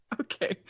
Okay